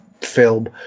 film